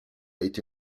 été